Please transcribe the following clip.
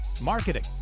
marketing